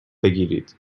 بگیرید